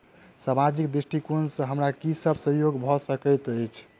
सामाजिक दृष्टिकोण सँ हमरा की सब सहयोग भऽ सकैत अछि?